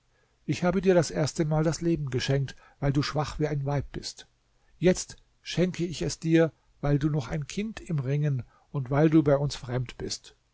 ich habe dir das erste mal das leben geschenkt weil du schwach wie ein weib bist jetzt schenke ich es dir weil du noch ein kind im ringen und weil du bei uns fremd bist